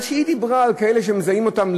אבל כשהיא דיברה על כאלה שמזהים אותם,